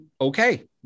Okay